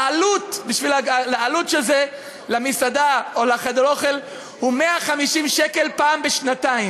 העלות של זה למסעדה או לחדר-האוכל היא 150 שקלים פעם בשנתיים.